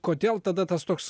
kodėl tada tas toks